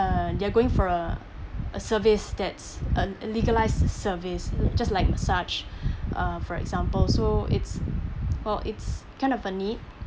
uh they're going for a a service that's a a legalized service just like massage uh for example so it's well it's kind of a need